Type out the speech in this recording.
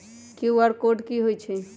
QR code कि हई छई?